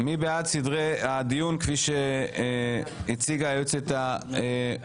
מי בעד סדרי הדיון כפי שהציגה היועצת משפטית?